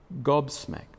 gobsmacked